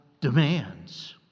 demands